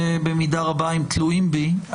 ובמידה רבה הם תלויים בי,